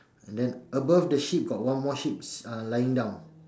and then above the sheep got one more sheep's uh lying down